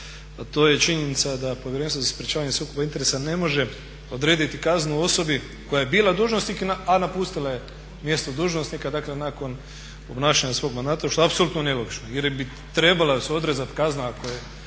to je i činjenica da Povjerenstvo za sprječavanje sukoba interesa ne može odrediti kaznu osobi koja je bila dužnosnik a napustila je mjesto dužnosnika, dakle nakon obnašanja svog mandata što apsolutno nije logično. Jer bi trebala se odrezati kazna ako je